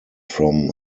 from